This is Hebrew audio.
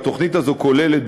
והתוכנית הזאת כוללת,